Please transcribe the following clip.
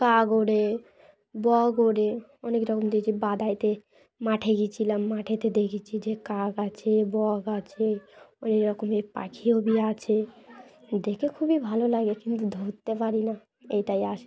কাক ওড়ে বক গড়ে অনেক রকম দেখছি বাদাইতে মাঠে গিয়েছিলাম মাঠেতে দেখেছি যে কাক আছে বক আছে অনেক রকমের পাখিও আছে দেখে খুবই ভালো লাগে কিন্তু ধরতে পারি না এটাই আস